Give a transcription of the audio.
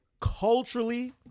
Culturally